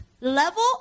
level